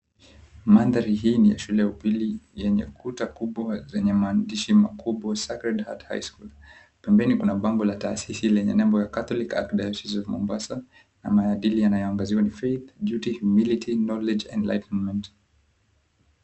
Maandhari hii ni ya shule ya upili nyenye kuta kubwa zenye maandishi makubwa, Sacred Heart High School. Pembeni kuna bango la taasisi lenye nembo ya Catholic Archdiocese of Mombasa na maadili yanayoangaziwa ni, Faith, Duty, Humility, Knowledge and Enlightenment.